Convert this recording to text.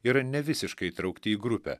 yra nevisiškai įtraukti į grupę